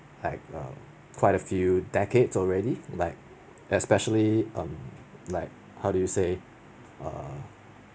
like err quite of you decades already like especially um like how do you say err